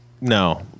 no